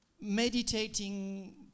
meditating